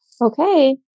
okay